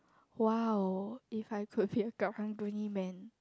!wow! if I could be a karang-guni man